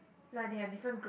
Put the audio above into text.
like they have different